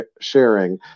sharing